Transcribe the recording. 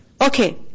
Okay